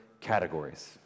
categories